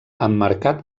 emmarcat